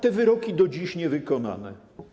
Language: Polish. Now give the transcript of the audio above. Te wyroki do dziś są niewykonane.